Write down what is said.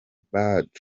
bad